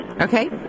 Okay